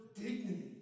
dignity